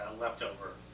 Leftover